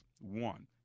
One